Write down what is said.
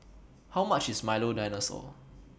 How much IS Milo Dinosaur